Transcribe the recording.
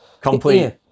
Complete